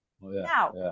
Now